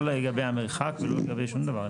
לא לגבי המרחק ולא לגבי שום דבר.